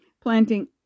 planting